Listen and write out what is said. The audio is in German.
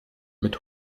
mit